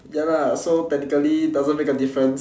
ya lah so technically doesn't make a difference